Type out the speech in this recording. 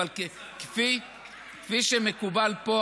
אבל כפי שמקובל פה,